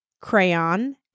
crayon